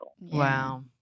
Wow